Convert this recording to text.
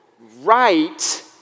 right